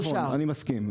אני מסכים.